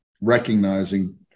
recognizing